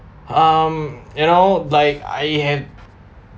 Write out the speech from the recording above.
um you know like I have